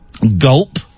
gulp